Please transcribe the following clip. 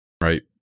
right